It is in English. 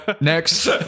Next